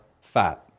fat